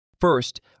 First